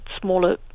smaller